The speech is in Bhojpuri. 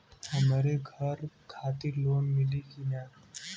हमरे घर खातिर लोन मिली की ना?